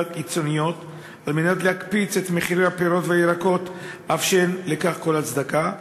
קיצוניות על מנת להקפיץ את מחירי הפירות והירקות אף שאין לכך כל הצדקה?